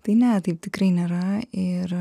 tai ne taip tikrai nėra ir